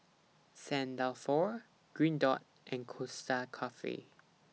Saint Dalfour Green Dot and Costa Coffee